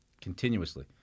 continuously